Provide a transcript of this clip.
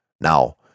Now